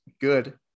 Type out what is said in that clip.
good